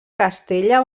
castella